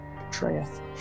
Betrayeth